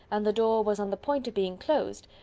and the door was on the point of being closed,